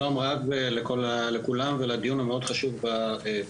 שלום רב לכולם על הדיון המאוד חשוב בוועדה.